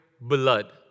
blood